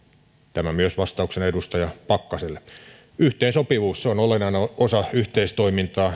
tämä myös vastauksena edustaja pakkaselle yhteensopivuus se on olennainen osa yhteistoimintaa